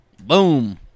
Boom